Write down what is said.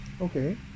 Okay